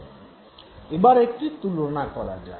এবার একটি তুলনা করা যাক